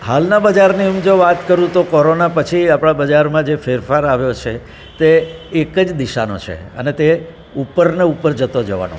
હાલના બજારની હું જો વાત કરું તો કોરોના પછી આપણાં બજારમાં જે ફેરફાર આવ્યો છે તે એક જ દિશાનો છે અને તે ઉપર ને ઉપર જતો જવાનો